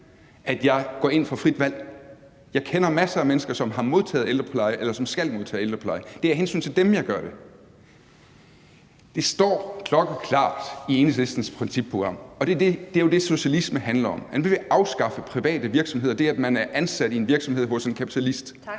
at jeg kan gå ind for frit valg. Jeg kender masser af mennesker, som har modtaget ældrepleje, eller som skal modtage ældrepleje. Det er af hensyn til dem, jeg gør det. Det står klokkeklart i Enhedslistens principprogram – og det er jo det, socialisme handler om – at man vil afskaffe private virksomheder, altså det, at man er ansat i en virksomhed hos en kapitalist.